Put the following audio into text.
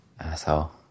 Asshole